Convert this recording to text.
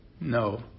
no